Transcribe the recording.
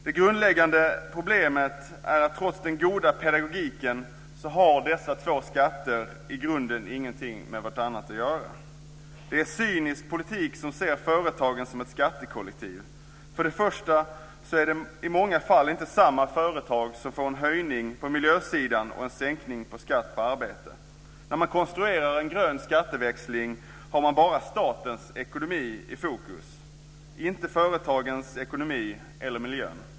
Det grundläggande problemet är att trots den goda pedagogiken har dessa två skatter i grunden inget med varandra att göra. Det är en cynisk politik som ser företagen som ett skattekollektiv. Först och främst är det i många fall inte samma företag som får en höjning på miljösidan och en sänkning på skatt på arbete. När man konstruerar en grön skatteväxling har man bara statens ekonomi i fokus, inte företagens ekonomi eller miljön.